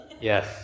Yes